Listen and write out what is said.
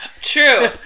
True